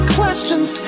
questions